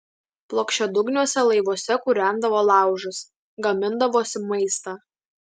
plokščiadugniuose laivuose kūrendavo laužus gamindavosi maistą